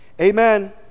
amen